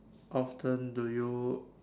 often do you